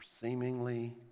seemingly